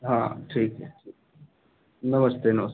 हाँ ठीक है नमस्ते नमस